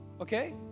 Okay